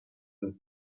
and